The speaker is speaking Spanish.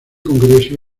congreso